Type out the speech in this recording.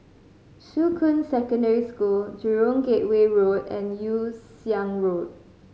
Shuqun Secondary School Jurong Gateway Road and Yew Siang Road